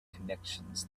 connections